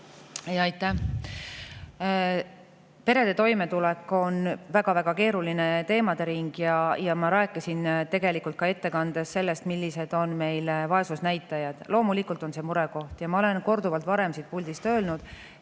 Aitäh! Perede toimetulek on väga-väga keeruline teema. Ma rääkisin ka ettekandes sellest, millised on meil vaesusnäitajad. Loomulikult on see murekoht. Ma olen korduvalt varem siit puldist öelnud,